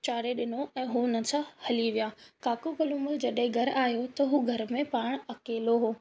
चाढ़े ॾिनो ऐं हूं हुननि सां हली विया काको कल्लूमल जॾहिं घर आयो त हूं घर में पाण अकेलो हो